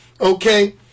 okay